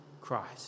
Christ